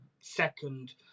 second